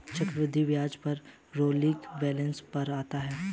चक्रवृद्धि ब्याज rolling balance पर आता है